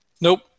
Nope